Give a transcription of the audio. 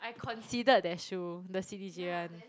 I considered that shoe the c_d_g one